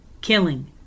killing